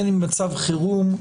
בין אם מצב חירום,